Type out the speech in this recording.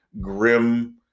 grim